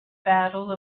battle